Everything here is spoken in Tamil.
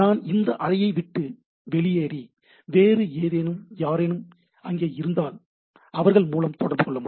நான் இந்த அறையை விட்டு வெளியேறி வேறு யாரேனும் அங்கே இருந்தால் அவர்கள் மூலம் தொடர்பு கொள்ள வேண்டும்